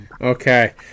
Okay